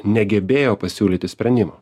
negebėjo pasiūlyti sprendimo